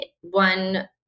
one